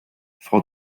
frau